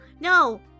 No